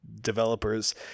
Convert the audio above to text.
developers